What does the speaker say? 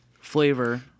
flavor